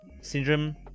syndrome